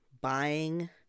buying